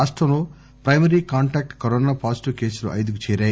రాష్టంలో primary contact corona positive కేసులు ఐదుకు చేరాయి